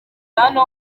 hano